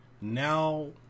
now